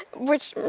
which,